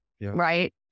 right